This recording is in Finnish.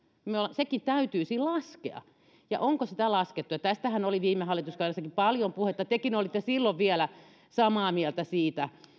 sekin täytyisi laskea ja onko sitä laskettu tästähän oli viime hallituskaudellakin paljon puhetta tekin olitte silloin vielä samaa mieltä siitä